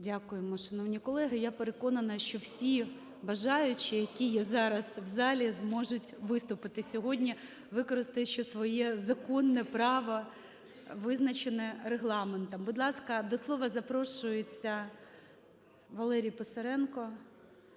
Дякуємо. Шановні колеги, я переконана, що всі бажаючі, які є зараз в залі, зможуть виступити сьогодні, використовуючи своє законне право, визначене Регламентом. Будь ласка, до слова запрошується Валерій Писаренко,